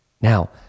Now